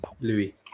Louis